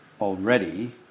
already